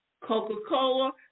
Coca-Cola